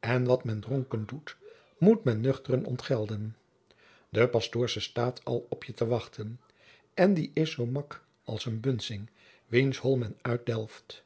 en wat men dronken doet moet men nuchteren ontgelden de pastoorsche staat al op je te wachten en die is zoo mak als een bunsing wiens hol men uitdelft